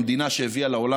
המדינה שהביאה לעולם,